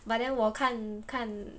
but then 我看看